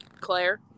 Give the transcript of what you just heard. Claire